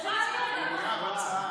אני אחזור גם בנאום הבא שלי לדבר עליו,